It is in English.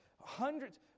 hundreds